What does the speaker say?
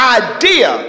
idea